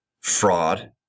fraud